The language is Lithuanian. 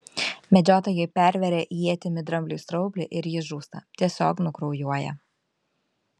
medžiotojai perveria ietimi drambliui straublį ir jis žūsta tiesiog nukraujuoja